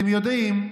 אתם יודעים,